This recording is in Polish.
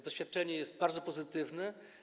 Doświadczenie jest bardzo pozytywne.